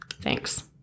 Thanks